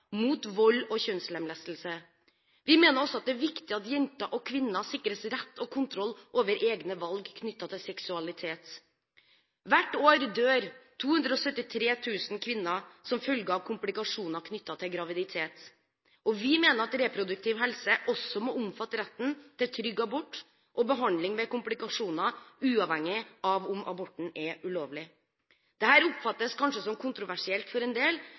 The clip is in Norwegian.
vold og kjønnslemlestelse. Vi mener også det er viktig at jenter og kvinner sikres rett til og kontroll over egne valg, knyttet til seksualitet. Hvert år dør 273 000 kvinner som følge av komplikasjoner knyttet til graviditet. Vi mener at reproduktiv helse også må omfatte retten til trygg abort og behandling ved komplikasjoner, uavhengig av om aborten er ulovlig eller ikke. Dette oppfattes kanskje som kontroversielt for en del,